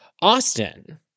Austin